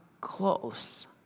close